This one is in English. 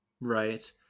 right